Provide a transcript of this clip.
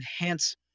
enhance